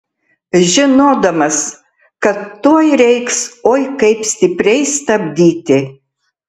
žinodamas kad tuoj reiks oi kaip stipriai stabdyti